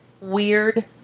weird